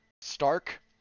stark